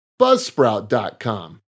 Buzzsprout.com